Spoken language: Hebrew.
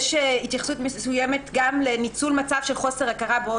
יש התייחסות מסוימת גם לניצול מצב של חוסר הכרה בו